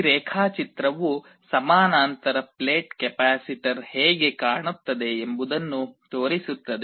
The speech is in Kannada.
ಈ ರೇಖಾಚಿತ್ರವು ಸಮಾನಾಂತರ ಪ್ಲೇಟ್ ಕೆಪಾಸಿಟರ್ ಹೇಗೆ ಕಾಣುತ್ತದೆ ಎಂಬುದನ್ನು ತೋರಿಸುತ್ತದೆ